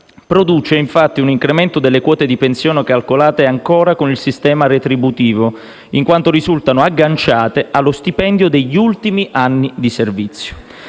produce, infatti, un incremento delle quote di pensione calcolate ancora con il sistema retributivo, in quanto risultano agganciate allo stipendio degli ultimi anni di servizio.